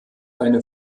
eine